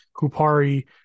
Kupari